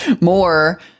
more